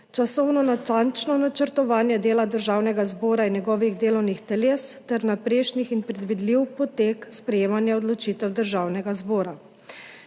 časovno natančno načrtovanje dela Državnega zbora in njegovih delovnih teles ter vnaprejšnji in predvidljiv potek sprejemanja odločitev Državnega zbora.